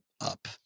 up